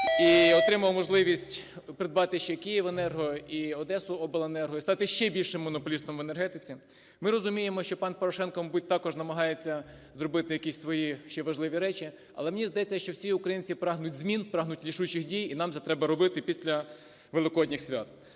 і отримав можливість придбати ще "Київенерго" і "Одесаобленерго", і стати ще більшим монополістом в енергетиці. Ми розуміємо, що пан Порошенко, мабуть, також намагається зробити якісь свої ще важливі речі, але мені здається, що всі українці прагнуть змін, прагнуть рішучих дій, і нам це треба робити після Великодніх свят.